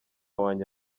wanjye